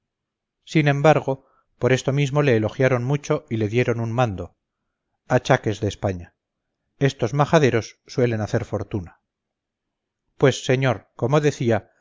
sin embargo por esto mismo le elogiaron mucho y le dieron un mando achaques de españa estos majaderos suelen hacer fortuna pues señor como decía